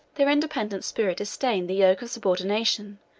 their independent spirit disdained the yoke of subordination,